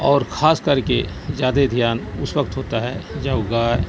اور خاص کر کے زیادہ دھیان اس وقت ہوتا ہے جب گائے